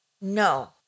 no